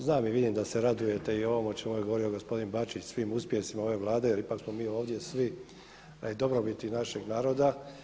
Znam i vidim da se radujete i ovom o čem je govorio gospodin Bačić svim uspjesima ove Vlade, jer ipak smo mi ovdje svi radi dobrobiti našeg naroda.